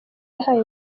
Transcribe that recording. yahawe